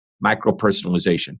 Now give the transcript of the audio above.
micro-personalization